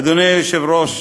אדוני היושב-ראש,